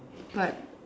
but